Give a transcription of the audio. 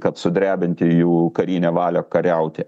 kad sudrebinti jų karinę valią kariauti